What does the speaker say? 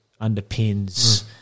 underpins